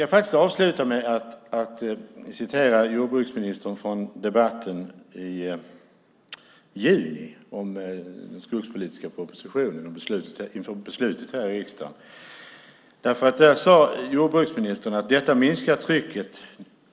Jag ska avsluta med att citera jordbruksministern från debatten i juni om den skogspolitiska propositionen inför beslutet här i riksdagen.